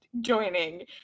joining